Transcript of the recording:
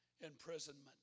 imprisonment